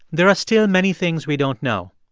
there are still many things we don't know.